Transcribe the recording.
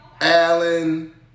Allen